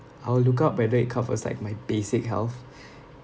I'll look up whether it covers like my basic health